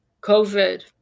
COVID